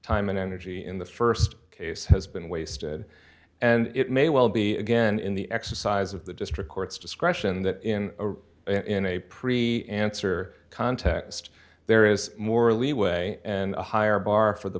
time and energy in the st case has been wasted and it may well be again in the exercise of the district courts discretion that in in a pre answer context there is more leeway and a higher bar for the